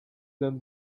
than